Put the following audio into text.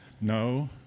No